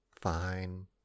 fine